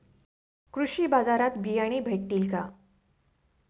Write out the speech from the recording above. कृषी बाजारात बियाणे भेटतील का?